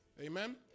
Amen